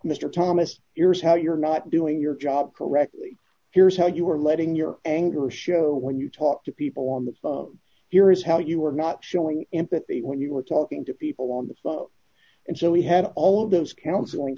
mr thomas here's how you're not doing your job correctly here's how you're letting your anger show when you talk to people on the phone here is how you were not showing empathy when you were talking to people on the phone and so we had all of those counseling